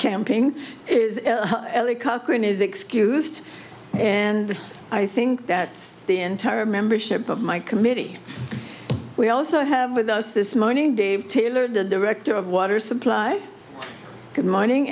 camping is cochran is excused and i think that the entire membership of my committee we also have with us this morning dave taylor the director of water supply good morning